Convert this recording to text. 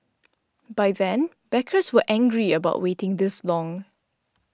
by then backers were angry about waiting this long